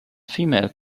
female